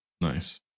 Nice